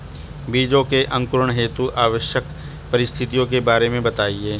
बीजों के अंकुरण हेतु आवश्यक परिस्थितियों के बारे में बताइए